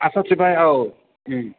आसाथिबाय औ